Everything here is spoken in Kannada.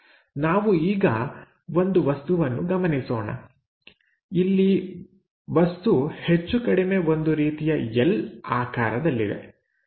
ನಾವು ಈಗ ಒಂದು ವಸ್ತುವನ್ನು ಗಮನಿಸೋಣ ಇಲ್ಲಿ ವಸ್ತು ಹೆಚ್ಚುಕಡಿಮೆ ಒಂದು ರೀತಿಯ ಎಲ್ ಆಕಾರದಲ್ಲಿದೆ